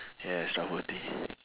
yes trustworthy